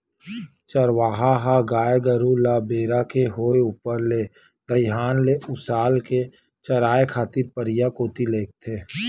चरवाहा ह गाय गरु ल बेरा के होय ऊपर ले दईहान ले उसाल के चराए खातिर परिया कोती लेगथे